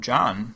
John